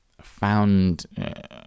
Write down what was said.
found